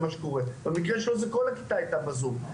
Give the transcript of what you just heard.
במקרה שלו כל הכיתה הייתה בזום,